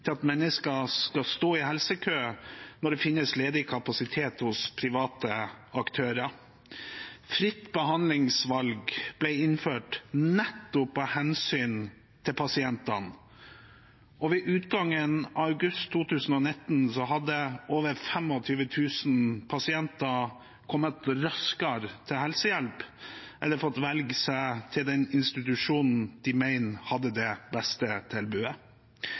til at mennesker skal stå i helsekø når det finnes ledig kapasitet hos private aktører. Fritt behandlingsvalg ble innført nettopp av hensyn til pasientene. Ved utgangen av august 2019 hadde over 25 000 pasienter kommet raskere til helsehjelp eller fått velge seg til den institusjonen de mente hadde det beste tilbudet.